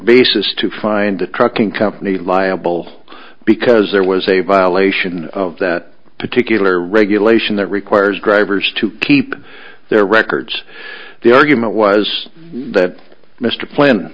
basis to find the trucking company liable because there was a violation of that particular regulation that requires drivers to keep their records the argument was that mr